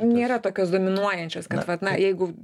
nėra tokios dominuojančios kad vat na jeigu